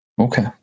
Okay